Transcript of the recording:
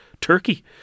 Turkey